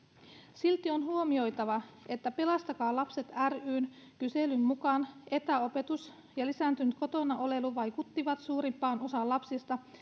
silti on huomioitava että pelastakaa lapset ryn kyselyn mukaan etäopetus ja lisääntynyt kotona oleilu vaikuttivat suurimpaan osaan lapsista